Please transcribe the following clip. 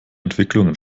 entwicklungen